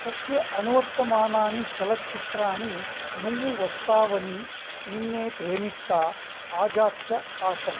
तस्य अनुवर्तमानानि चलच्चित्राणि नुव्वु वस्तावनि निन्ने प्रेमिस्ता आज़ाद् च आसन्